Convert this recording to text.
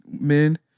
men